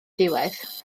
diwedd